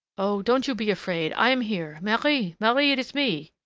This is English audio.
oh! don't you be afraid i am here marie! marie! it's me!